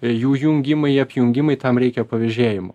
jų jungimai apjungimai tam reikia pavėžėjimo